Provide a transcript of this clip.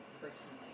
personally